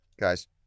Guys